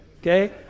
okay